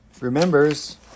remembers